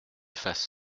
fasse